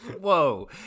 whoa